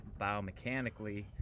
biomechanically